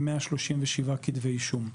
עם 173 כתבי אישום.